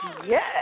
Yes